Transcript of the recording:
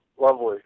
lovely